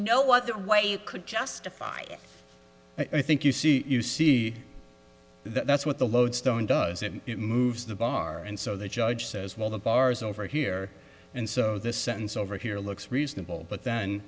what the way you could justify it i think you see you see that's what the loadstone does it moves the bar and so the judge says well the bars over here and so the sentence over here looks reasonable but then